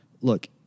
Look